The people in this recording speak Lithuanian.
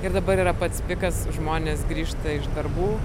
ir dabar yra pats pikas žmonės grįžta iš darbų